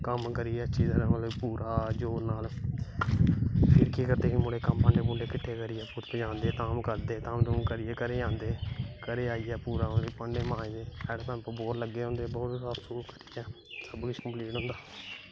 कम्म करियै अच्छी तरां पूरे जोर नाल कम्म आह्ले मुड़े किट्ठे करियै कम्म करदे कम्म कुम्म करियै घरे गी आंदे घर आईयै फिर ओह् भांडे मांजदे हैंडपंप बोर लग्गे दे होंदे भोग करियै सब कुश होई जंदा